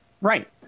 Right